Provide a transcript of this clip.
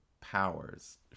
powers